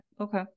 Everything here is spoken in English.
okay